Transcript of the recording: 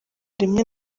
rimwe